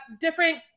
different